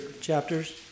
chapters